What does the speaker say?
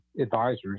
advisors